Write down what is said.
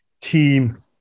team